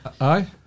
Aye